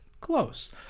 close